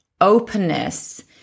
openness